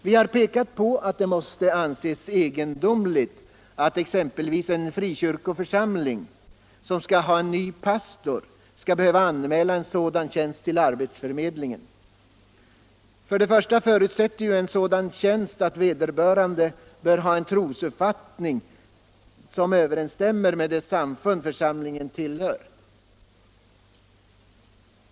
Vi har pekat på att det måste anses egendomligt att exempelvis en frikyrkoförsamling som skall ha en ny pastor skall behöva anmäla en sådan tjänst till arbetsförmedlingen. För det första förutsätter en sådan tjänst att vederbörande har en trosuppfattning som överensstämmer med det samfunds församlingen tillhör.